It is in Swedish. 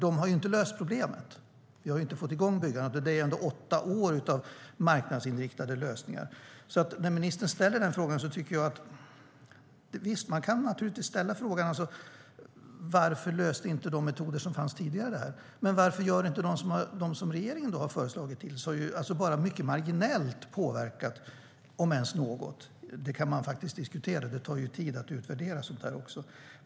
De har ju inte löst problemet, för vi har inte fått i gång byggandet, och det är ändå åtta år av marknadsinriktade lösningar. Ministern frågar - och visst kan man göra det - varför de metoder som fanns tidigare inte löste detta. Men varför gör inte de metoder som regeringen har föreslagit det? De har påverkat bara mycket marginellt, om ens något - man kan faktiskt diskutera det. Det tar tid att utvärdera sådant.